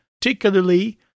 particularly